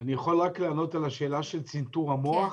אני יכול רק לענות על השאלה של צנתור המוח?